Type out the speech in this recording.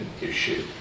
issue